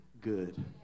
good